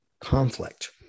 conflict